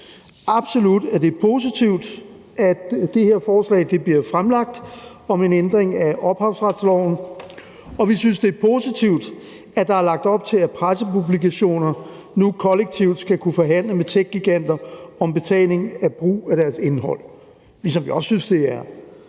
absolut, det er positivt, at det her forslag om en ændring af ophavsretsloven bliver fremlagt, og vi synes, det er positivt, at der er lagt op til, at udgivere af pressepublikationer nu kollektivt skal kunne forhandle med techgiganter om brug af deres indhold, ligesom jeg også synes, det er